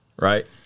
right